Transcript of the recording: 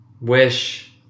wish